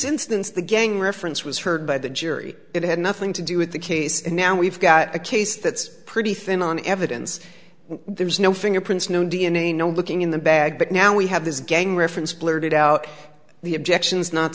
instance the gang reference was heard by the jury it had nothing to do with the case and now we've got a case that's pretty thin on evidence there was no fingerprints no d n a no looking in the bag but now we have this gang reference blurted out the objections not